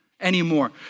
anymore